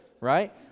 right